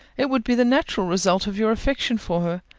it would be the natural result of your affection for her.